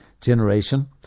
Generation